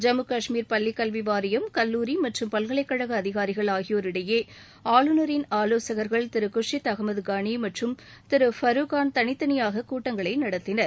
ஜம்மு கஷ்மீர் பள்ளிக் கல்வி வாரியம் கல்லூரி மற்றும் பல்கலைக்கழக அதிகாரிகள் ஆகியோர் இடையே ஆளுநரின் ஆலோசகர்கள் திரு குர்ஷித் அசமது களி மற்றும் திரு பருக்கான் தனித்தனியாக கூட்டங்களை நடத்தினர்